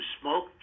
smoke